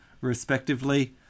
respectively